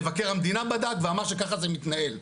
מבקר המדינה בדק ואמר שככה זה מתנהל.